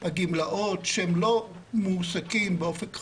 הגמלאות שלא מועסקים באופק חדש,